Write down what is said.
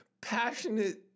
passionate